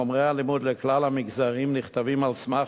חומרי הלימוד לכלל המגזרים נכתבים על סמך